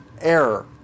error